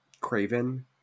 Craven